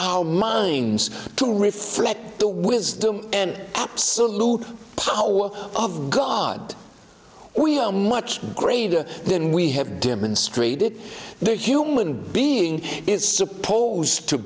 our minds to reflect the wisdom and absolute power of god we are much greater than we have demonstrated the human being is supposed to